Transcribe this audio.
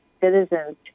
citizens